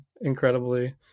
incredibly